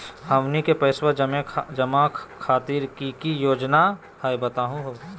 हमनी के पैसवा जमा खातीर की की योजना हई बतहु हो?